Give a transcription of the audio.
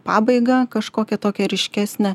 pabaigą kažkokią tokią ryškesnę